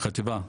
החטיבה,